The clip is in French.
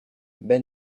ben